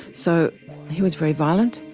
so he was very violent.